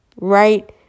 right